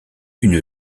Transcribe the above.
une